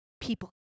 people